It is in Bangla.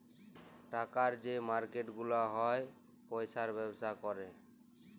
টাকার যে মার্কেট গুলা হ্যয় পয়সার ব্যবসা ক্যরে